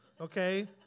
Okay